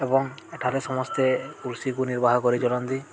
ଏବଂ ଏଠାରେ ସମସ୍ତେ କୃଷିକୁ ନିର୍ବାହ କରି ଚଳନ୍ତି